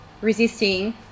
resisting